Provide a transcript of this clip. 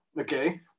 okay